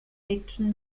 fiction